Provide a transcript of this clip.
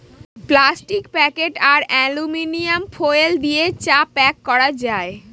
plastic packet আর aluminium foil দিয়ে চা প্যাক করা যায়